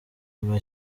kiba